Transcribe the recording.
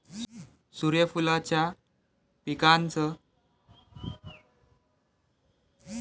सुर्यफूलाच्या पिकाचं वैज्ञानिक नाव काय हाये?